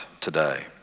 today